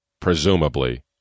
presumably